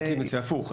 אני הייתי מציע הפוך.